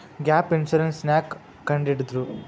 Gap insurance ನ್ಯಾಕ್ ಕಂಢಿಡ್ದ್ರು?